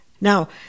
Now